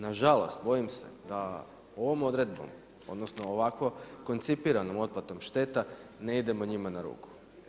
Nažalost, bojim se, da ovom odredbom, odnosno ovako koncipiranom otplatom šteta ne idemo njima na ruku.